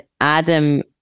Adam